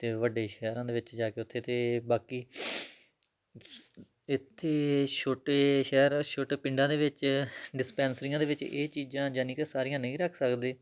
ਅਤੇ ਵੱਡੇ ਸ਼ਹਿਰਾਂ ਦੇ ਵਿੱਚ ਜਾ ਕੇ ਉੱਥੇ ਅਤੇ ਬਾਕੀ ਇੱਥੇ ਛੋਟੇ ਸ਼ਹਿਰ ਛੋਟੇ ਪਿੰਡਾਂ ਦੇ ਵਿੱਚ ਡਿਸਪੈਂਸਰੀਆਂ ਦੇ ਵਿੱਚ ਇਹ ਚੀਜ਼ਾਂ ਜਾਣੀ ਕਿ ਸਾਰੀਆਂ ਨਹੀਂ ਰੱਖ ਸਕਦੇ